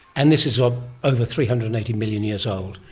and this is ah over three hundred and eighty million years old.